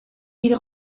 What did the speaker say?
ils